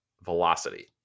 velocity